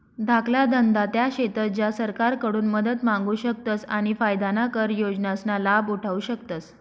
धाकला धंदा त्या शेतस ज्या सरकारकडून मदत मांगू शकतस आणि फायदाना कर योजनासना लाभ उठावु शकतस